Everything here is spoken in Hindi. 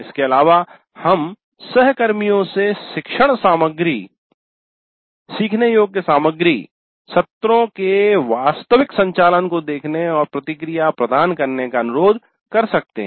इसके अलावा हम सहकर्मियों से शिक्षण सामग्री सीखने योग्य सामग्री सत्रों के वास्तविक संचालन को देखने और प्रतिक्रिया प्रदान करने का अनुरोध कर सकते हैं